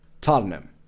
Tottenham